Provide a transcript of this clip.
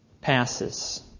passes